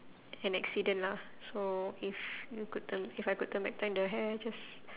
an accident lah so if you could turn if I could turn back time the hair just